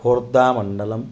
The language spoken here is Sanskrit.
खोर्दामण्डलं